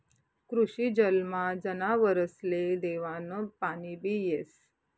कृषी जलमा जनावरसले देवानं पाणीबी येस